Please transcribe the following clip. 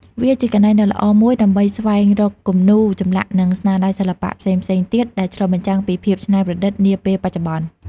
វាជាកន្លែងដ៏ល្អមួយដើម្បីស្វែងរកគំនូរ ចម្លាក់ និងស្នាដៃសិល្បៈផ្សេងៗទៀតដែលឆ្លុះបញ្ចាំងពីភាពច្នៃប្រឌិតនាពេលបច្ចុប្បន្ន។